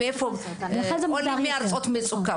עולים מארצות מצוקה,